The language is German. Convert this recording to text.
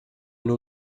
nur